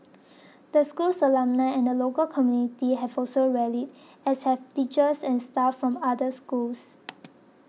the school's alumni and the local community have also rallied as have teachers and staff from other schools